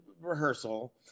rehearsal